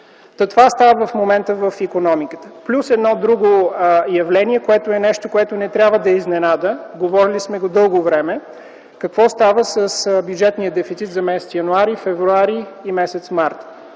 Това става в момента в икономиката плюс едно друго явление, което е нещо, което не трябва да е изненада. Говорили сме го дълго време – какво става с бюджетния дефицит за месеците януари, февруари и март?